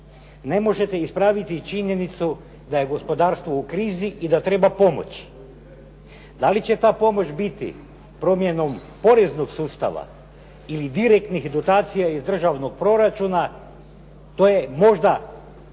Ne možete ispraviti činjenicu da je gospodarstvo u krizi i da treba pomoći. Da li će ta pomoć biti promjenom poreznog sustava ili direktnih dotacija iz državnog proračuna, to je možda